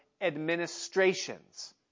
administrations